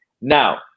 Now